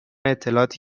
اطلاعاتی